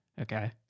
okay